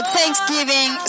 Thanksgiving